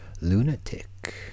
lunatic